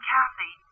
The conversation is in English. Kathy